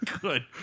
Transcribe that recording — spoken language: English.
good